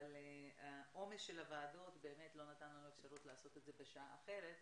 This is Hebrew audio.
אבל העומס של הוועדות באמת לא נתן לנו אפשרות לעשות את זה בשעה אחרת,